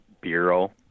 Bureau